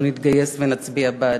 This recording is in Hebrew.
אנחנו נתגייס ונצביע בעדה.